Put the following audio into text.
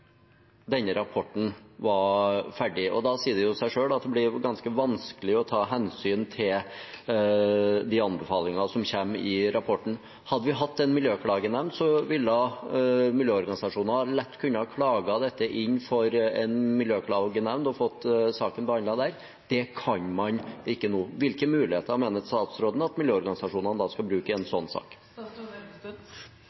denne rapporten var ferdig, og da sier det seg selv at det blir ganske vanskelig å ta hensyn til de anbefalingene som kommer i rapporten. Hadde vi hatt en miljøklagenemnd, ville miljøorganisasjoner lett kunne ha klaget dette inn for en miljøklagenemnd og fått saken behandlet der. Det kan man ikke nå. Hvilke muligheter mener statsråden at miljøorganisasjonene da skal bruke i en